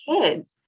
kids